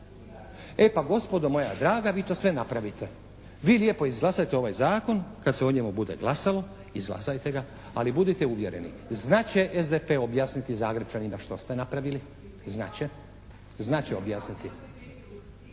E pa gospodo moja draga vi to sve napravite. Vi lijepo izglasajte ovaj zakon kad se o njemu bude glasalo, izglasajte ga. Ali budite uvjereni znat će SDP objasniti Zagrepčanima što ste napravili, znat će, znat će objasniti.